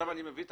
כשאני מביא את